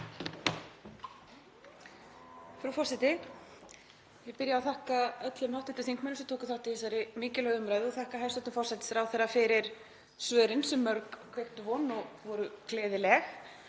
Frú forseti. Ég vil byrja á að þakka öllum hv. þingmönnum sem tóku þátt í þessari mikilvægu umræðu og þakka hæstv. forsætisráðherra fyrir svörin sem mörg kveiktu von og voru gleðileg.